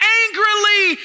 angrily